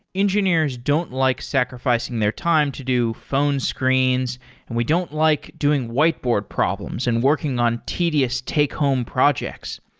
engineers don't like sacrificing their time to do phone screens and we don't like doing whiteboard problems and working on tedious take-home projects.